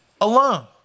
alone